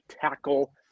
tackle